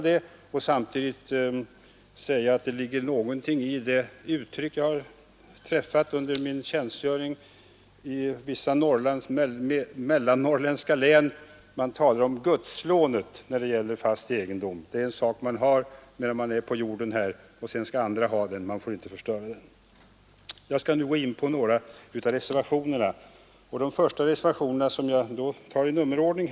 Det ligger något i det uttryck jag mött under min tjänstgöring i vissa mellannorrländska län. Man talar där om ”gudslånet” när det gäller fast egendom — det är en sak man har, medan man är på jorden, men sedan skall andra ha den och man får därför inte förstöra den. Jag skall nu ingå på några av reservationerna och jag tar dem i nummerordning.